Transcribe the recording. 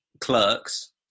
Clerks